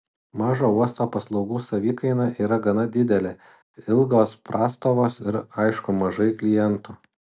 mažo uosto paslaugų savikaina yra gana didelė ilgos prastovos ir aišku mažai klientų